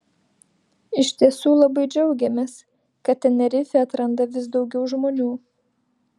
iš tiesų labai džiaugiamės kad tenerifę atranda vis daugiau žmonių